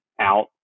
Out